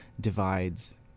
divides